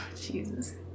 jesus